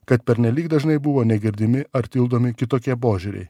kad pernelyg dažnai buvo negirdimi ar tildomi kitokie požiūriai